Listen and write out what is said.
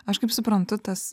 aš kaip suprantu tas